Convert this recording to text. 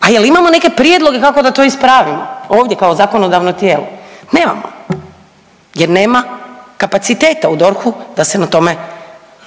a jel imamo neke prijedloge kako da to ispravimo, ovdje kao zakonodavno tijelo? Nemamo jer nema kapaciteta u DORH-u da se na tome